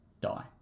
die